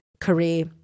career